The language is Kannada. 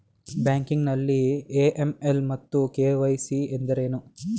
ಬ್ಯಾಂಕಿಂಗ್ ನಲ್ಲಿ ಎ.ಎಂ.ಎಲ್ ಮತ್ತು ಕೆ.ವೈ.ಸಿ ಎಂದರೇನು?